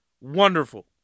wonderful